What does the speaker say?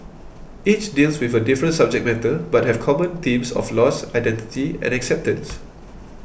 each deals with a different subject matter but have common themes of loss identity and acceptance